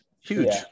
huge